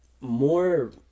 more